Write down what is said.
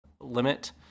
limit